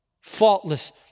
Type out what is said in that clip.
Faultless